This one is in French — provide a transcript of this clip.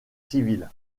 civils